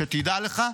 שתדע לך,